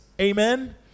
amen